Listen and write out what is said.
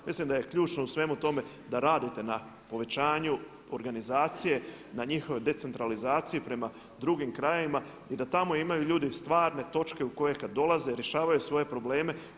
Mislim da je ključno u svemu tome da radite na povećanju organizacije na njihovoj decentralizaciji prema drugim krajevima i da tamo imaju ljudi stvarne točke u koje kada dolaze rješavaju svoje probleme.